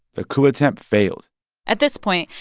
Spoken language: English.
the coup attempt failed at this point,